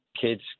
kids